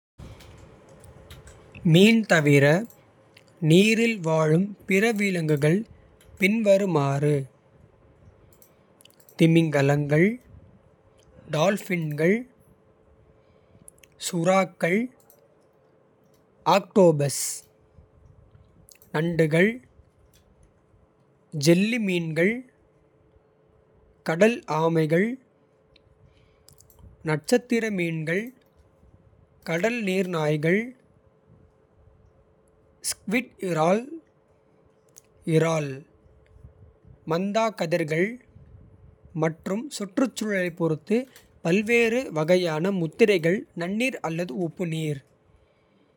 மீன் தவிர நீரில் வாழும் பிற விலங்குகள் பின்வருமாறு. திமிங்கலங்கள், டால்பின்கள், சுறாக்கள், ஆக்டோபஸ். நண்டுகள், ஜெல்லிமீன்கள், கடல் ஆமைகள். நட்சத்திரமீன்கள், கடல் நீர்நாய்கள், ஸ்க்விட். இரால், இறால், மந்தா கதிர்கள் மற்றும் சுற்றுச்சூழலைப். பொறுத்து பல்வேறு வகையான முத்திரைகள். நன்னீர் அல்லது உப்பு நீர். "